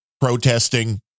protesting